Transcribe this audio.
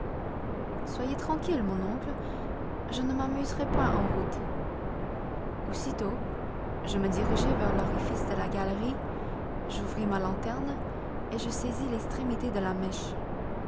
soyez tranquille mon oncle je ne m'amuserai point en route aussitôt je me dirigeai vers l'orifice de la galerie j'ouvris ma lanterne et je saisis l'extrémité de la mèche